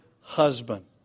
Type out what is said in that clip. husband